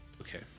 okay